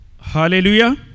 Hallelujah